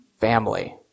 family